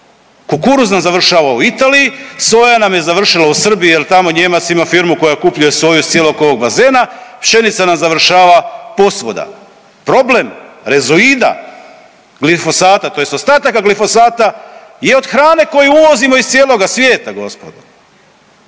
kukuruz nam završava u Italiji, soja nam je završila u Srbiji jel tamo Nijemac ima firmu koja otkupljuje soju iz cijelog ovog bazena, pšenica nam završava posvuda. Problem rezoida, glifosata tj. ostataka glifosata je od hrane koju uvozimo iz cijeloga svijeta gospodo.